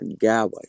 God